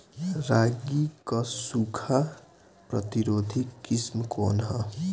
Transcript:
रागी क सूखा प्रतिरोधी किस्म कौन ह?